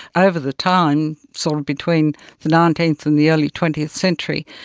over the time, sort of between the nineteenth and the early twentieth century,